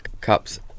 cups